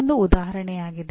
ಇದು ಒಂದು ಉದಾಹರಣೆಯಾಗಿದೆ